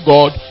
God